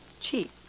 cheap